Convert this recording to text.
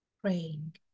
Praying